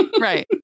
right